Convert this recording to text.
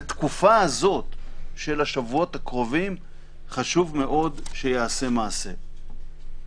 בתקופה הזאת של השבועות הקרובים חשוב מאוד שייעשה מעשה.